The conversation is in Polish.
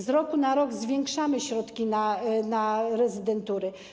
Z roku na rok zwiększamy środki na rezydentury.